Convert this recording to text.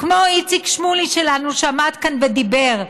כמו איציק שמולי שלנו, שעמד כאן ודיבר,